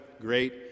great